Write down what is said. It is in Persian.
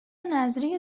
نذریه